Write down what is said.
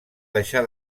deixar